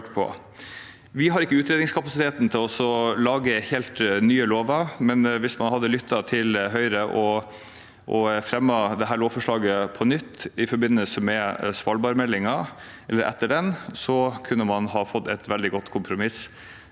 Vi har ikke utredningskapasitet til å lage helt nye lover, men hvis man hadde lyttet til Høyre og fremmet dette lovforslaget på nytt i forbindelse med svalbardmeldingen, eller etter den, kunne man ha fått et veldig godt kompromiss